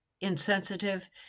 insensitive